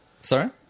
Sorry